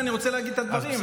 כבר אני מחכה לנאומים שלו,